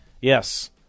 yes